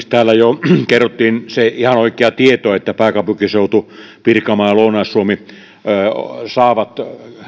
täällä jo kerrottiin se ihan oikea tieto että pääkaupunkiseutu pirkanmaa ja lounais suomi saavat